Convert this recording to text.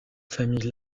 famille